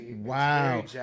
wow